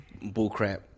bullcrap